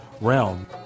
realm